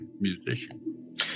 musician